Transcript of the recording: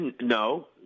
No